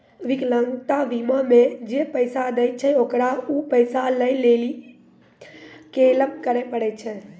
विकलांगता बीमा मे जे पैसा दै छै ओकरा उ पैसा लै लेली क्लेम करै पड़ै छै